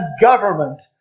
government